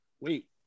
wait